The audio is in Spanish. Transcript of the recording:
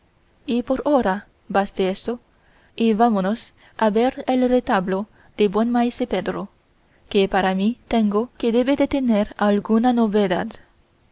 y por hora baste esto y vámonos a ver el retablo del buen maese pedro que para mí tengo que debe de tener alguna novedad